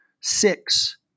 six